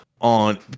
on